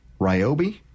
Ryobi